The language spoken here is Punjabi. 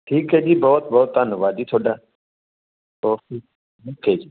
ਠੀਕ ਹੈ ਜੀ ਬਹੁਤ ਬਹੁਤ ਧੰਨਵਾਦ ਜੀ ਤੁਹਾਡਾ ਓਕੇ ਠੀਕ ਹੈ ਜੀ